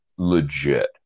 legit